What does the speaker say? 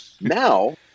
Now